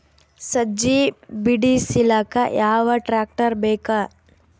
ಸಜ್ಜಿ ಬಿಡಿಸಿಲಕ ಯಾವ ಟ್ರಾಕ್ಟರ್ ಬೇಕ?